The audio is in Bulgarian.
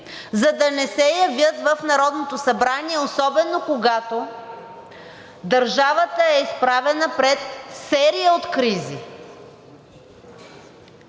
за да не се явят в Народното събрание, особено когато държавата е изправена пред серия от кризи.